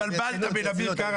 ברצינות,